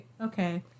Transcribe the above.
Okay